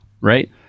Right